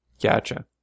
Gotcha